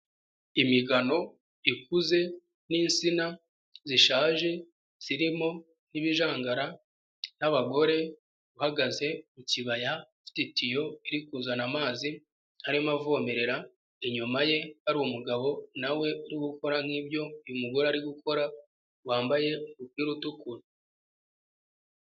Imigano ikuze n'insina zishaje zirimo n'ibijangara n'abagore uhagaze mu kibaya ufite itiyo iri kuzana amazi arimo avomerera, inyuma ye hari umugabo na we uri gukora nk'ibyo uyu mugore ari gukora wambaye umupira utukura.